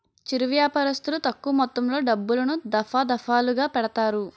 చిరు వ్యాపారస్తులు తక్కువ మొత్తంలో డబ్బులను, దఫాదఫాలుగా పెడతారు